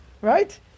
right